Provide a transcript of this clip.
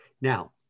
Now